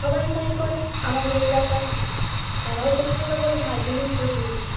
সবাই তাই করে আমাদের এলাকার তারাও পছন্দ করে হাইজেনিক পরিবেশ